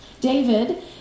David